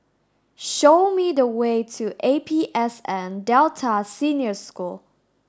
show me the way to A P S N Delta Senior School